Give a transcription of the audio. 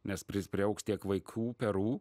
nes pris priaugs tiek vaikų perų